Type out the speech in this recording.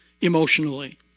emotionally